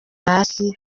hasi